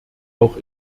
auch